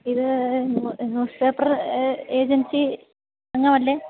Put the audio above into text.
ഇത് newspaper agency അംഗമല്ലേ